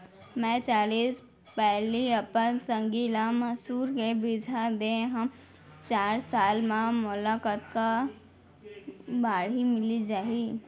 मैं चालीस पैली अपन संगी ल मसूर के बीजहा दे हव चार साल म मोला कतका बाड़ही मिलिस जाही?